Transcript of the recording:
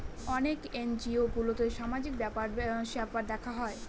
অনেক এনজিও গুলোতে সামাজিক ব্যাপার স্যাপার দেখা হয়